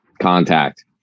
contact